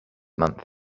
month